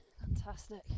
fantastic